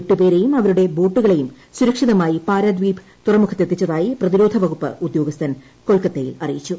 എട്ട് പേരേയും അവരുടെ ബോട്ടുകളേയും സുരക്ഷിതമായി പാരദീപ് തുറമുഖത്തെത്തിച്ചതായി പ്രതിരോധ വകുപ്പ് ഉദ്യോഗസ്ഥൻ കൊൽക്കത്തയിൽ അറിയിച്ചു